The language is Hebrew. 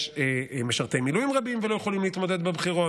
יש משרתי מילואים רבים לא יכולים להתמודד בבחירות,